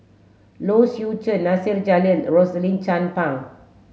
Low Swee Chen Nasir Jalil Rosaline Chan Pang